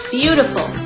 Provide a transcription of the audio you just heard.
beautiful